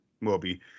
Moby